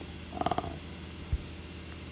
uh